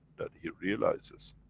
that he realizes,